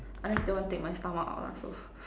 unless they wanna take my stomach out lah so